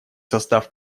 состав